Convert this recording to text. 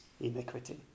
iniquity